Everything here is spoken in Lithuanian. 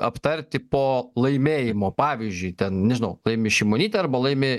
aptarti po laimėjimo pavyzdžiui ten nežinau laimi šimonytė arba laimi